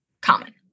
common